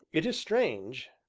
it is strange,